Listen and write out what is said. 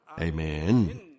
Amen